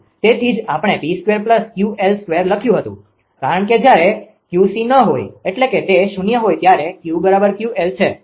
તેથી જ આપણે 𝑃2 𝑄𝑙2 લખ્યું હતું કારણકે જયારે ત્યાં 𝑄𝐶 ન હોય એટલે કે તે શૂન્ય હોય ત્યારે 𝑄𝑄𝑙 છે